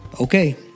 Okay